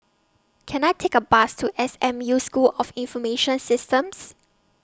Can I Take A Bus to S M U School of Information Systems